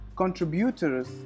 Contributors